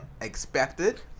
expected